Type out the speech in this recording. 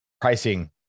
pricing